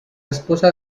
esposa